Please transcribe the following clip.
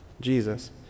Jesus